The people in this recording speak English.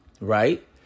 right